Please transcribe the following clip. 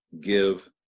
give